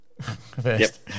First